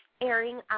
airing